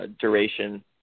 duration